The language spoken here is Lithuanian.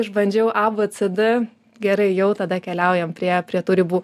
išbandžiau a b c d gerai jau tada keliaujam prie prie tų ribų